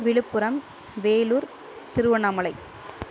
Villupuram Vellore Tiruvannamalai